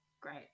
great